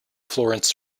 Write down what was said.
florence